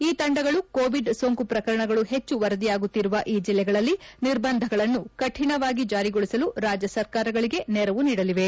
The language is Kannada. ಈ ತಂಡಗಳು ಕೋವಿಡ್ ಸೋಂಕು ಪ್ರಕರಣಗಳು ಹೆಚ್ಚು ವರದಿಯಾಗುತ್ತಿರುವ ಈ ಜಿಲ್ಲೆಗಳಲ್ಲಿ ನಿರ್ಬಂಧಗಳನ್ನು ಕಠಿಣವಾಗಿ ಜಾರಿಗೊಳಿಸಲು ರಾಜ್ಯ ಸರ್ಕಾರಗಳಿಗೆ ನೆರವು ನೀಡಲಿವೆ